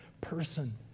person